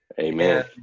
Amen